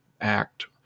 ACT